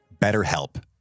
BetterHelp